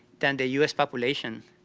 than the u s. population,